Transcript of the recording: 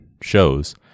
shows